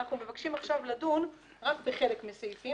אנחנו מבקשים עכשיו לדון רק בחלק מסעיפים,